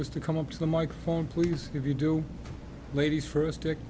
was to come up to the microphone please if you do ladies first